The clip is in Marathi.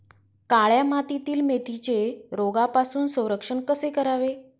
काळ्या मातीतील मेथीचे रोगापासून संरक्षण कसे करावे?